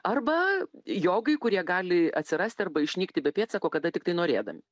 arba jogai kurie gali atsirasti arba išnykti be pėdsako kada tiktai norėdam